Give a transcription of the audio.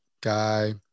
guy